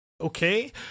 okay